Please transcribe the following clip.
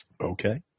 Okay